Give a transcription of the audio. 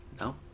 no